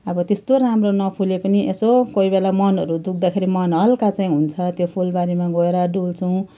अब त्यस्तो राम्रो नफुले पनि यसो कोही बेला मनहरू दुःख्दाखेरि मन हल्का चाहिँ हुन्छ त्यो फुलबारीमा गएर डुल्छौँ